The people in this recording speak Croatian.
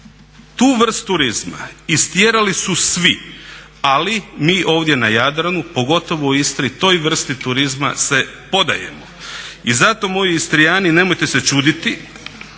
Tu vrst turizma istjerali su svi ali mi ovdje na Jadranu, pogotovo u Istri toj vrsti turizma se podajemo. I zato moji Istrijani nemojte se čuditi